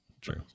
true